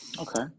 Okay